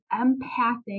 empathic